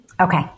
Okay